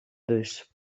bus